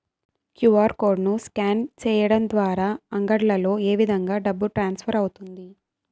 QR code ను scan సేయడం ద్వారా అంగడ్లలో ఏ విధంగా డబ్బు ట్రాన్స్ఫర్ అవుతుంది